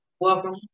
welcome